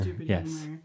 Yes